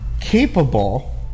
capable